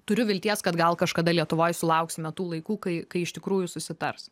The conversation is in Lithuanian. turiu vilties kad gal kažkada lietuvoj sulauksime tų laikų kai kai iš tikrųjų susitars